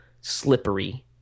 slippery